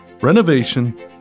renovation